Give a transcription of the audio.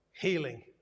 healing